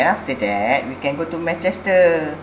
then after that we can go to manchester